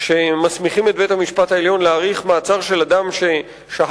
שמסמיכים את בית-המשפט העליון להאריך מעצר של אדם ששהה